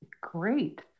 great